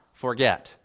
forget